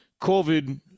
COVID